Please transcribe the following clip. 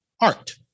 Art